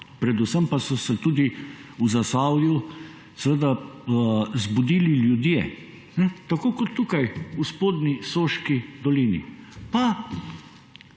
predvsem pa so se tudi v Zasavju seveda zbudili ljudje, tako kot tukaj v spodnji Soški dolini,